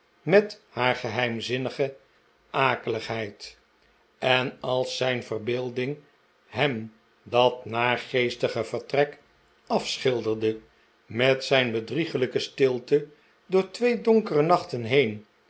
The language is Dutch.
met haar geheimzinnige akeligheid en als zij n verbeelding hem dat naargeestige vertrek afschilderde met zijn bedrieglijke stilte door twee donkere nachten heen